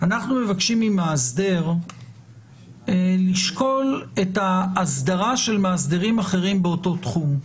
אנחנו מבקשים ממאסדר לשקול את האסדרה של מאסדרים אחרים באותו תחום?